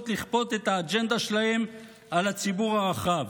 לכפות את האג'נדה שלהן על הציבור הרחב,